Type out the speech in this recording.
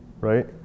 right